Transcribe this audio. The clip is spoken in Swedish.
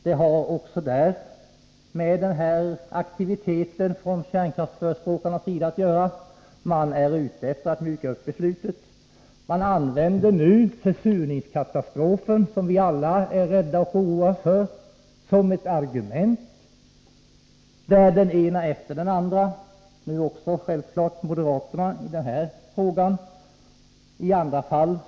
Den har också att göra med den ökade aktiviteten från kärnkraftsförespråkarnas sida. Den ena efter den andra är ute efter att mjuka upp beslutet. Nu använder moderaterna självfallet den här frågan. Men man använder också försurningskatastrofen, som vi alla oroas för, som ett argument.